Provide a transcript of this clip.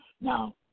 Now